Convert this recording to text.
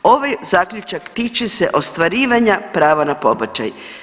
Ovaj zaključak tiče se ostvarivanja prava na pobačaj.